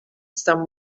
some